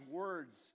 words